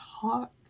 talk